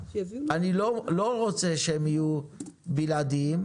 אני לא רוצה שהם יהיו בלעדיים.